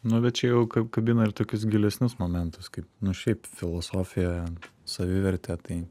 nu bet čia jau kabina ir tokius gilesnius momentus kaip nu šiaip filosofija savivertė tai